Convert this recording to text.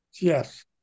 Yes